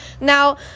now